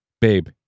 babe